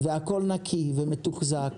והכול נקי ומתוחזק.